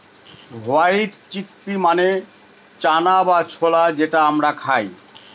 white chickpea মানে চানা বা ছোলা যেটা আমরা খায়